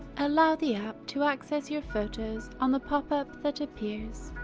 allow the app to access your photos on the popup that appears.